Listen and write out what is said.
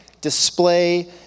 display